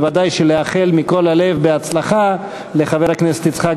בוודאי לאחל מכל הלב בהצלחה לחבר הכנסת יצחק